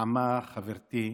נעמה חברתי,